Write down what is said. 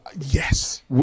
Yes